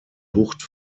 bucht